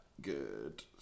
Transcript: Good